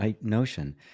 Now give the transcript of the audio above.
notion